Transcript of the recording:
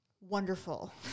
wonderful